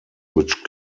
which